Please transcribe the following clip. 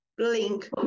link